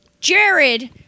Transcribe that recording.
Jared